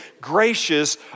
gracious